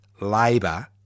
labour